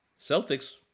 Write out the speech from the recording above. Celtics